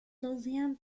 deuxième